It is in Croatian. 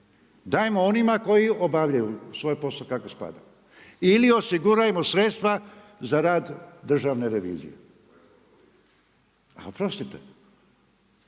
Dajmo onima koji obavljaju svoj posao kako spada ili osigurajmo sredstva za rad Državne revizije. A oprostite,